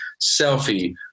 selfie